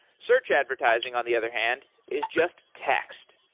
search advertising on the other hand is just text.